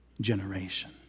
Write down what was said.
generation